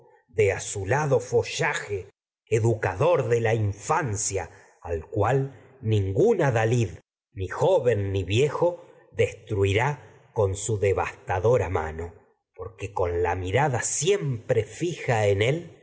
de azulado follaje educador de la infancia al cual ningún adalid ni joven ni viejo destruirá con mano su devastadora porque con la mirada siempre fija de en él